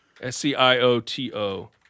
s-c-i-o-t-o